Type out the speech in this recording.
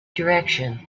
direction